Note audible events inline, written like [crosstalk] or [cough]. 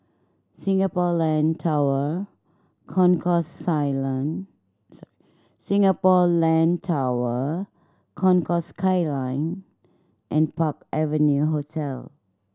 Singapore Land Tower Concourse Skyline [unintelligible] Singapore Land Tower Concourse Skyline and Park Avenue Hotel